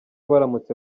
baramutse